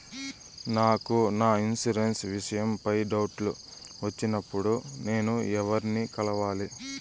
నాకు నా ఇన్సూరెన్సు విషయం పై డౌట్లు వచ్చినప్పుడు నేను ఎవర్ని కలవాలి?